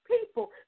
people